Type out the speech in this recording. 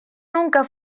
nunca